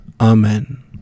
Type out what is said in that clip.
Amen